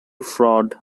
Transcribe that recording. fraud